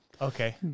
Okay